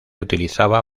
utilizaba